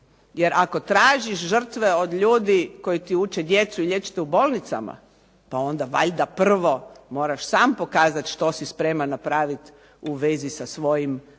jer ako tražiš žrtve ljudi koji ti uče djecu i liječe ih u bolnicama, pa onda valjda prvo možda sam pokazati što si spreman napraviti u vezi sa svojim